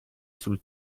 sul